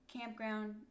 campground